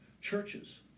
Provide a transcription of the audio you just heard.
churches